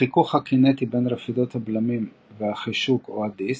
החיכוך הקינטי בין רפידות הבלמים והחישוק או הדיסק,